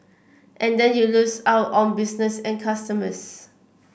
and then you lose out on business and customers